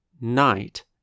Night